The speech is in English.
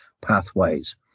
pathways